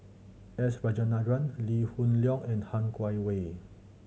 S Rajendran Lee Hoon Leong and Han Guangwei